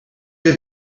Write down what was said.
have